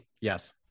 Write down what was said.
Yes